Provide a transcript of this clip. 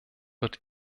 wird